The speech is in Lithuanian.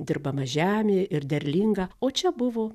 dirbama žemė ir derlinga o čia buvo